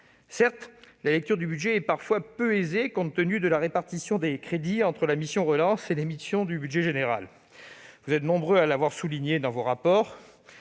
Certes, la lecture d'ensemble est parfois peu aisée, compte tenu de la répartition des crédits entre la mission « Plan de relance » et les missions du budget général. Vous êtes nombreux à l'avoir souligné dans vos rapports